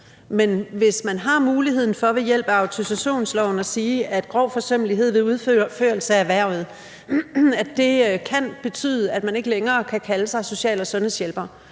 Men hvis vi har muligheden for ved hjælp af autorisationsloven at sige, at grov forsømmelighed ved udførelse af erhvervet kan betyde, at man ikke længere kan kalde sig social- og sundhedshjælper,